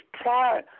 prior